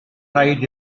rhaid